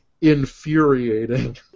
infuriating